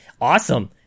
awesome